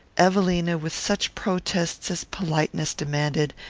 evelina, with such protests as politeness demanded,